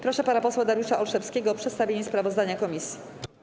Proszę pana posła Dariusza Olszewskiego o przedstawienie sprawozdania komisji.